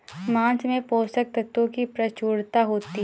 माँस में पोषक तत्त्वों की प्रचूरता होती है